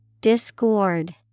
Discord